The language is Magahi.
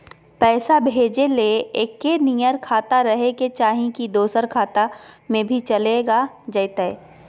पैसा भेजे ले एके नियर खाता रहे के चाही की दोसर खाता में भी चलेगा जयते?